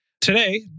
Today